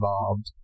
involved